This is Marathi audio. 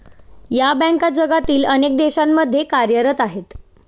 या बँका जगातील अनेक देशांमध्ये कार्यरत आहेत